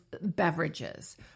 beverages